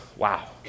wow